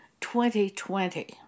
2020